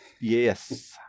yes